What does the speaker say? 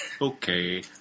Okay